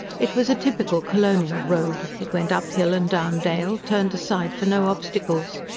it was a typical colonial road it went up hill and down dale, turned aside for no obstacles.